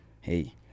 Hey